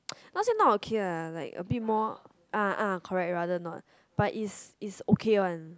not say not okay lah like a bit more ah ah correct rather not but it's it's okay one